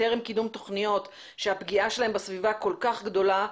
טרם קידום תכניות שהפגיעה שלהן בסביבה כל כך גדולה,